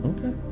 Okay